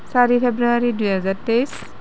চাৰি ফেব্ৰুৱাৰী দুহেজাৰ তেইছ